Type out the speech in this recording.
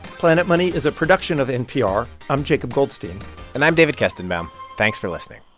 planet money is a production of npr. i'm jacob goldstein and i'm david kestenbaum. thanks for listening